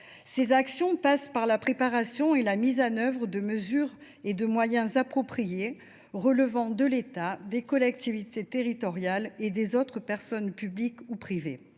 Ces actions passent par la préparation et la mise en œuvre de mesures et de moyens appropriés relevant de l’État, des collectivités territoriales et des autres personnes publiques ou privées.